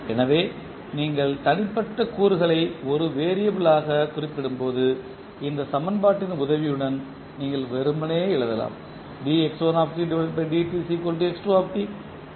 எனவே நீங்கள் தனிப்பட்ட கூறுகளை ஒரு வேறியபிள் யாக குறிப்பிடும் போது இந்த சமன்பாட்டின் உதவியுடன் நீங்கள் வெறுமனே எழுதலாம்